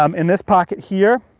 um in this pocket here,